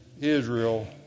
Israel